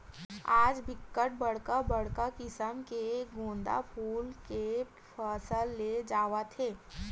आज बिकट बड़का बड़का किसम के गोंदा फूल के फसल ले जावत हे